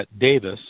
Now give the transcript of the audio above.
Davis